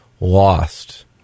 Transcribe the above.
lost